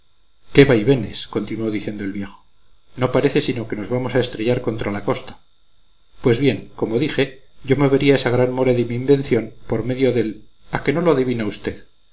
qué vaivenes continuó diciendo el viejo no parece sino que nos vamos a estrellar contra la costa pues bien como dije yo movería esa gran mole de mi invención por medio del a que no lo adivina usted